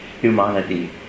humanity